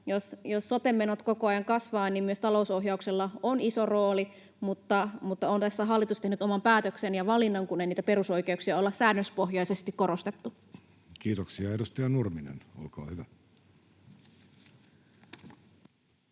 jos sote-menot koko ajan kasvavat, niin myös talousohjauksella on iso rooli, mutta on tässä hallitus tehnyt oman päätöksen ja valinnan, kun ei niitä perusoikeuksia olla säännöspohjaisesti korostettu. [Speech 52] Speaker: Jussi Halla-aho